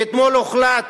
ואתמול הוחלט